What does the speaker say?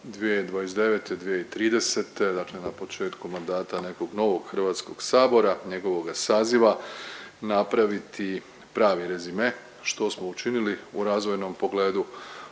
2029.-2030., dakle na početku mandata nekog novog hrvatskog sabora, njegovoga saziva, napraviti pravi rezime, što smo učinili u razvojnom pogledu,